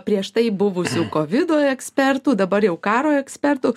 prieš tai buvusių kovido ekspertų dabar jau karo ekspertų